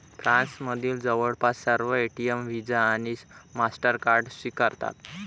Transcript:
फ्रान्समधील जवळपास सर्व एटीएम व्हिसा आणि मास्टरकार्ड स्वीकारतात